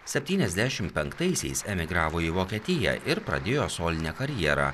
septyniasdešim penktaisiais emigravo į vokietiją ir pradėjo solinę karjerą